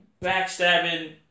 backstabbing